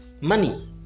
money